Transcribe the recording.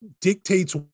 dictates